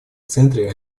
центре